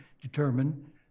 determine